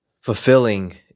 fulfilling